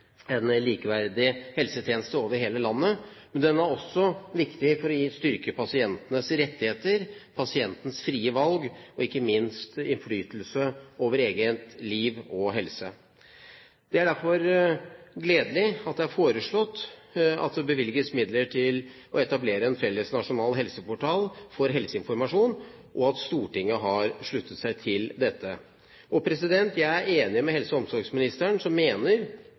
en felles nasjonal helseportal for helseinformasjon, og at Stortinget har sluttet seg til dette. Og jeg er enig med helse- og omsorgsministeren, som mener